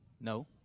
No